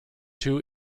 two